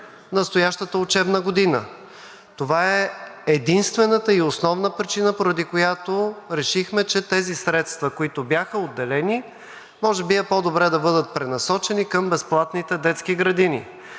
настоящата учебна година. Това е единствената и основна причина, поради която решихме, че тези средства, които бяха отделени, може би е по добре да бъдат пренасочени към безплатните детски градини.